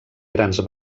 grans